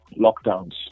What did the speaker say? lockdowns